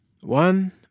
one